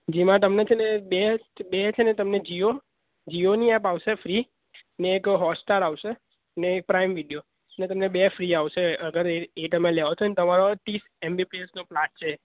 જેમાં તમને છે ને બેસ્ટ બે છે ને તમને જીઓ જીઓની એપ આવશે ફ્રી ને એક હોટસ્ટાર આવશે ને પ્રાઇમ વિડીયો ને તમને બે ફ્રી આવશે અગર એ એ તમે લો છો ને તમારો ત્રીસ એમબીપીએસનો પ્લાન છે